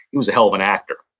he was a hell of an actor.